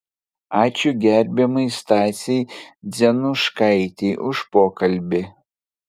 ačiū gerbiamai stasei dzenuškaitei už pokalbį